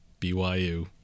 BYU